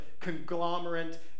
conglomerate